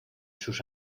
sus